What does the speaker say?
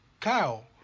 Kyle